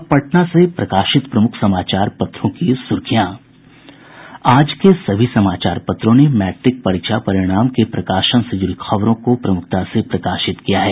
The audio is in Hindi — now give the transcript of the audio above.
अब पटना से प्रकाशित प्रमुख समाचार पत्रों की सुर्खियां आज के सभी समाचार पत्रों ने मैट्रिक परीक्षा परिणाम के प्रकाशन से जुड़ी खबरों को प्रमुखता से प्रकाशित किया है